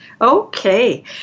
Okay